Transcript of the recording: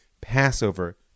Passover